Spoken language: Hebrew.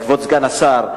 כבוד סגן השר,